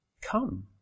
Come